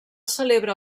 celebra